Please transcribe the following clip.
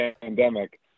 pandemic